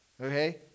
Okay